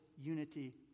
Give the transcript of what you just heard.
unity